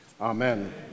Amen